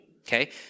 okay